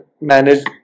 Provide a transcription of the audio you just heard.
manage